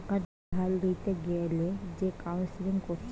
টাকা ধার লিতে গ্যালে যে কাউন্সেলিং কোরছে